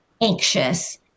anxious